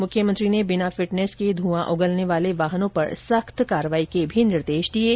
मुख्यमंत्री ने बिना फिटनेस के ध्रआं उगलने वाले वाहनों पर सख्त कार्रवाई के भी निर्देश दिए हैं